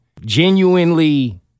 genuinely